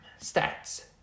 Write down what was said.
stats